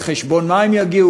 על חשבון מה הם יגיעו,